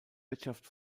wirtschaft